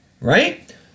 Right